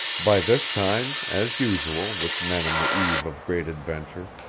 by this time, as usual with men on the eve of great adventure,